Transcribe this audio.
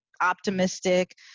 optimistic